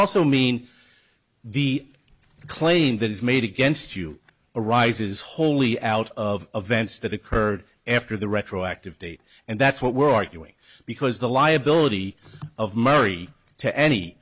also mean the claim that is made against you arises wholly out of vents that occurred after the retroactive date and that's what we're arguing because the liability of mary to any